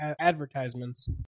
advertisements